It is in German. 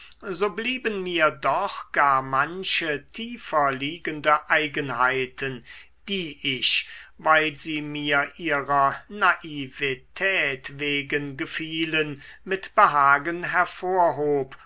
so blieben mir doch gar manche tiefer liegende eigenheiten die ich weil sie mir ihrer naivetät wegen gefielen mit behagen hervorhob